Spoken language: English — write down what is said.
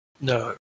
No